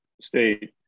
state